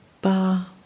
Ba